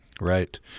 Right